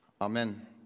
Amen